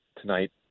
tonight